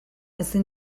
ezin